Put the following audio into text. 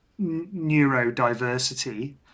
neurodiversity